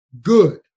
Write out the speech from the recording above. Good